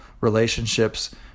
relationships